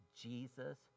Jesus